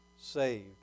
saved